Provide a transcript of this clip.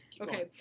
Okay